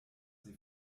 sie